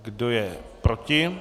Kdo je proti?